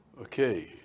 Okay